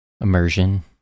Immersion